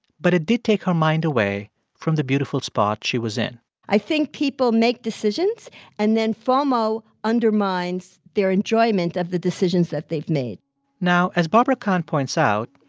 but it did take her mind away from the beautiful spot she was in i think people make decisions and then fomo undermines their enjoyment of the decisions that they've made now, as barbara kahn points out,